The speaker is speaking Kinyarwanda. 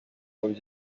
kureba